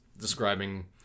describing